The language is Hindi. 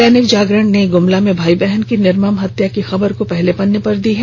दैनिक जागरण ने गुमला में भाई बहन की निर्मम हत्या की खबर को पहले पन्ने पर जगह दी है